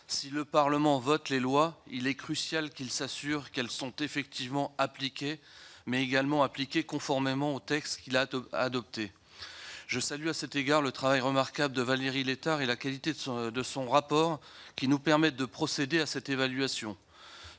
si le Parlement vote les lois, il est crucial qu'ils s'assurent qu'elles sont effectivement appliquées, mais également appliquées conformément au texte qu'il a tout adopter je salue à cet égard le travail remarquable de Valérie Létard et la qualité de son de son rapport qui nous permettent de procéder à cette évaluation